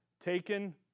taken